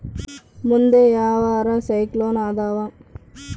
ಮುಂದೆ ಯಾವರ ಸೈಕ್ಲೋನ್ ಅದಾವ?